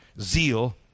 zeal